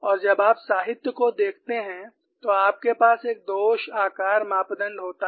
और जब आप साहित्य को देखते हैं तो आपके पास एक दोष आकार मापदण्ड होता है